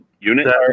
unit